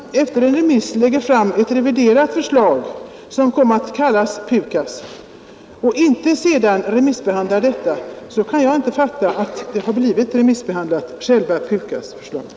Fru talman! Om man efter en remissbehandling lägger fram ett helt reviderat förslag som kommer att kallas PUKAS och inte därefter remissbehandlar detta förslag, kan jag inte finna att själva PUKAS förslaget blivit remissbehandlat.